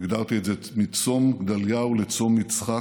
הגדרתי את זה: מצום גדליהו לצום יצחק,